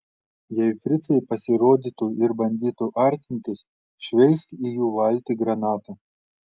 jei fricai pasirodytų ir bandytų artintis šveisk į jų valtį granatą